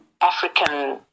African